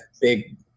big